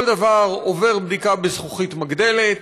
כל דבר עובר בדיקה בזכוכית מגדלת,